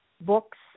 books